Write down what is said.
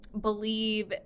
believe